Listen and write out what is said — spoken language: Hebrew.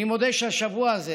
אני מודה שהשבוע הזה